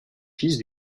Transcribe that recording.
fils